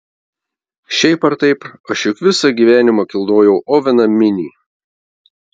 šiaip ar taip aš juk visą gyvenimą kilnojau oveną minį